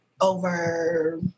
over